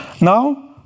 Now